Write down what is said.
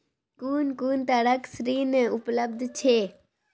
कून कून तरहक ऋण उपलब्ध छै?